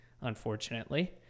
unfortunately